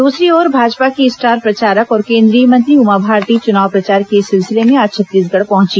दूसरी ओर भाजपा की स्टार प्रचारक और केंद्रीय मंत्री उमा भारती चुनाव प्रचार के सिलसिले में आज छत्तीसगढ़ पहुंची